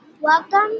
Welcome